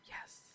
Yes